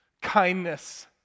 kindness